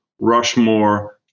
Rushmore